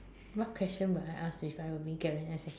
what question would I ask if I were being guaranteed an answer